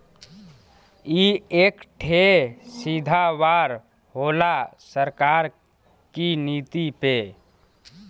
ई एक ठे सीधा वार होला सरकार की नीति पे